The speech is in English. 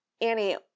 Annie